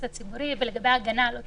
הציבורי ולגבי ההגנה על אותן אוכלוסיות.